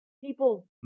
people